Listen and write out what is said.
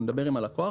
אנחנו נדבר עם הלקוח,